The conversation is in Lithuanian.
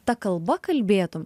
ta kalba kalbėtum